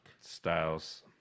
Styles